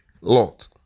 Lot